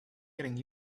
getting